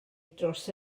dros